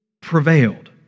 prevailed